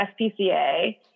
SPCA